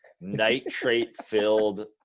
nitrate-filled